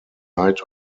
night